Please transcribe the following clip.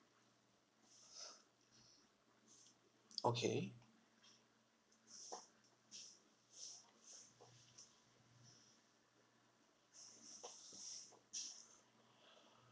okay